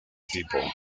tipo